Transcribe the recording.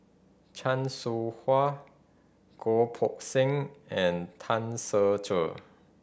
Chan Soh Ha Goh Poh Seng and Tan Ser Cher